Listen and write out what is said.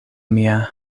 mia